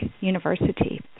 University